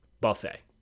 buffet